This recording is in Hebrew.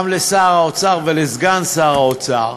גם לשר האוצר ולסגן שר האוצר,